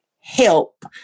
help